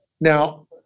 Now